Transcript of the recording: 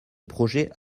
projet